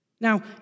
Now